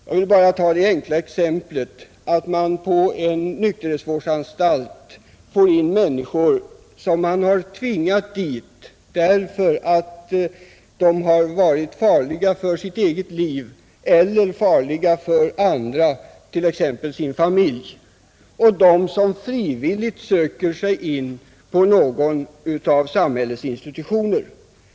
Jag vill bara ta det enkla exemplet att man på en nykterhetsvårdsanstalt får in dels människor som tvingats dit därför att de varit farliga för sitt eget liv eller för andra, exempelvis sin familj, dels människor som frivilligt söker sig dit.